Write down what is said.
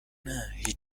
نه، هیچ